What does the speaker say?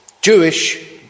Jewish